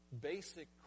basic